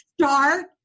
start